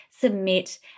submit